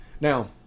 Now